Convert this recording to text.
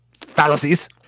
fallacies